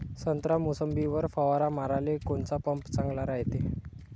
संत्रा, मोसंबीवर फवारा माराले कोनचा पंप चांगला रायते?